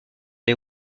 les